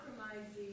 compromising